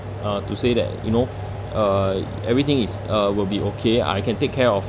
uh to say that you know uh everything is uh will be okay I can take care of